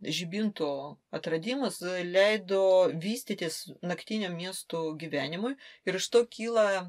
žibinto atradimas leido vystytis naktiniam miestų gyvenimui ir iš to kyla